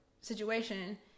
situation